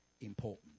important